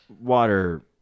Water